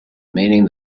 meaning